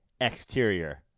Exterior